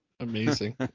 amazing